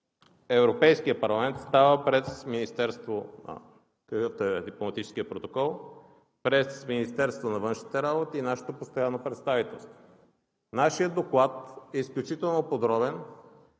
Европейския парламент става през Министерството, където е дипломатическият протокол, през Министерството на външните работи и нашето постоянно представителство. Нашият доклад е изключително подробен,